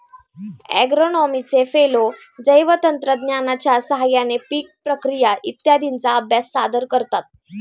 ॲग्रोनॉमीचे फेलो जैवतंत्रज्ञानाच्या साहाय्याने पीक प्रक्रिया इत्यादींचा अभ्यास सादर करतात